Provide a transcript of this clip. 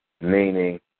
Meaning